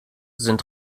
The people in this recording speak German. sind